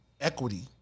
equity